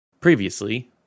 Previously